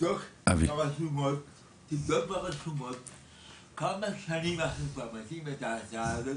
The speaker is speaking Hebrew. -- תבדוק ברשומות כמה שנים אנחנו גם מציעים את ההצעה הזאת.